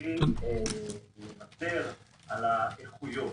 מבלי לוותר על האיכויות.